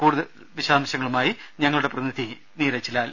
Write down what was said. കൂടുതൽ വിവരങ്ങളുമായി ഞങ്ങളുടെ പ്രതിനിധി നീരജ്ലാൽ